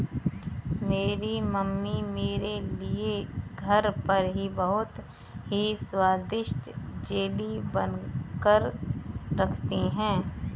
मेरी मम्मी मेरे लिए घर पर ही बहुत ही स्वादिष्ट जेली बनाकर रखती है